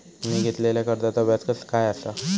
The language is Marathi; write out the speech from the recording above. मी घेतलाल्या कर्जाचा व्याज काय आसा?